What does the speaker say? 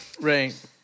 Right